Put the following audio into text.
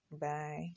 Bye